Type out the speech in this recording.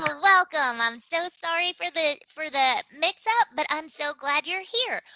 ah welcome. i'm so sorry for the for the mix-up, but i'm so glad you're here.